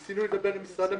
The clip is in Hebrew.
ניסינו לדבר עם משרד המשפטים.